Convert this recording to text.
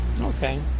Okay